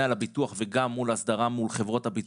על הביטוח וגם בהסדרה מול חברות הביטוח,